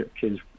kids